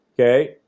okay